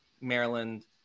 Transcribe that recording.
Maryland